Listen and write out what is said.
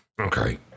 Okay